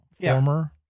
former